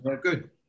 good